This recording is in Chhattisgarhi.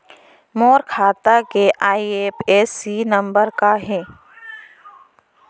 मोर खाता के आई.एफ.एस.सी नम्बर का हे?